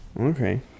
okay